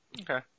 Okay